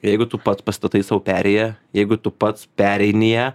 jeigu tu pats pastatai sau perėją jeigu tu pats pereini ją